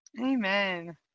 Amen